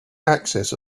access